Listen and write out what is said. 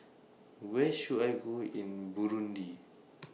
Where should I Go in Burundi